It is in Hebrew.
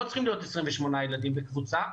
לא צריכים להיות 28 ילדים בקבוצה.